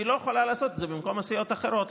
והיא לא יכולה לעשות את זה במקום הסיעות האחרות.